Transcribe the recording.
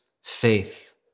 faith